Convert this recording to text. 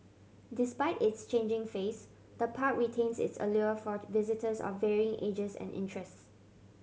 despite its changing face the park retains its allure for visitors of varying ages and interests